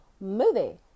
movie